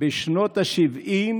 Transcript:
בשנות השבעים